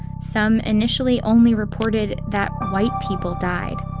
some initially only reported that white people died.